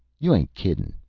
you ain't kiddin',